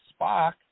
Spock